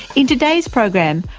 in today's program,